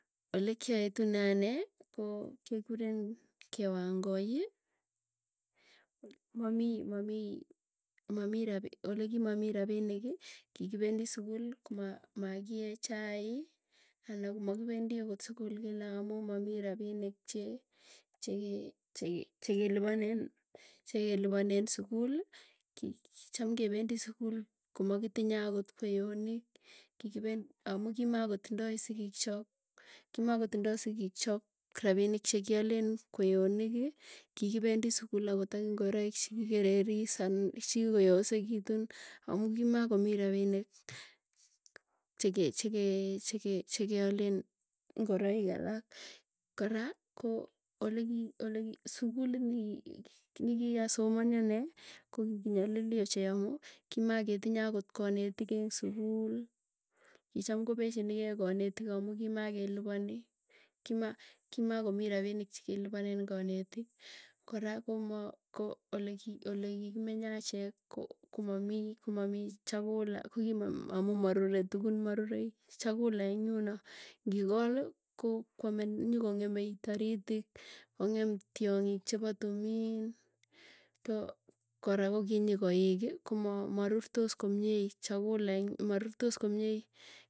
Ole kiaetune anee ko kekuren kewangoi. Mamii olekimamii rapiniki kikipendii sukul, komakie chai ana komakipendi akot sukul kila amuu mamii rapinik che cheke cheke chekeliponen chekeliponen sukul, kicham kependi sukul komakitinye akot kweyonik. Kikipend amuu kimogo tindai sigikchok rapinik chekialen, kwayoniki, kikipendi sukul akot ak ingoroik chikikereris an chigikoyosegitun amuu kimakomii rapinik. Cheke chekealen ngoroik alak, kora ko oleki oleki sukuliot nikii nikikasomanii ane ko kikinyalili ochei amuu amu kimaketinye, akot kanetik eng sukul, kicham kopechinikei kanetik amu kimakeliponi. Kima kimakomii rapinik chekelipanen kanetik. Kora koma ko oleki olekikimenye achek komami, komamii chakula kokimamii kokimom amuu marure tugun. Marurei chakula eng yuno, ngikol ko kwamen nyokong'emei taritik kong'em tiong'ik chepo tumin, too kora kokinyi koiki koma marurtos komiei chakula marurtos komiei.